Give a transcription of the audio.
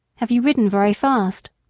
have you ridden very fast?